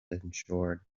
ensured